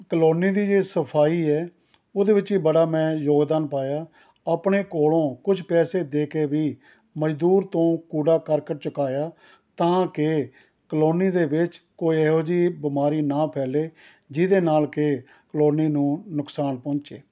colony ਦੀ ਜੇ ਸਫ਼ਾਈ ਹੈ ਉਹਦੇ ਵਿੱਚ ਵੀ ਬੜਾ ਮੈਂ ਯੋਗਦਾਨ ਪਾਇਆ ਆਪਣੇ ਕੋਲ਼ੋਂ ਕੁਝ ਪੈਸੇ ਦੇ ਕੇ ਵੀ ਮਜ਼ਦੂਰ ਤੋਂ ਕੂੜਾ ਕਰਕਟ ਚੁਕਵਾਇਆ ਤਾਂ ਕਿ ਕਲੋਨੀ ਦੇ ਵਿੱਚ ਕੋਈ ਇਹੋ ਜਿਹੀ ਬਿਮਾਰੀ ਨਾ ਫੈਲੇ ਜਿਹਦੇ ਨਾਲ ਕਿ ਕਲੋਨੀ ਨੂੰ ਨੁਕਸਾਨ ਪਹੁੰਚੇ